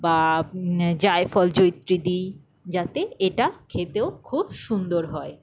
বা জায়ফল জয়ীত্রী দিই যাতে এটা খেতেও খুব সুন্দর হয়